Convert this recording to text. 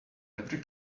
every